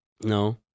No